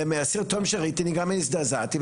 ומהסרטון שראיתי לגמרי הזדעזעתי.